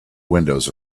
windows